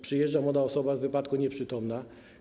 Przyjeżdża młoda osoba z wypadku, nieprzytomna.